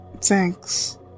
Thanks